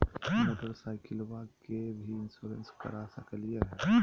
मोटरसाइकिलबा के भी इंसोरेंसबा करा सकलीय है?